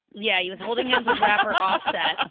yeah, he was holding hands with off set,